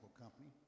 Company